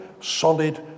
solid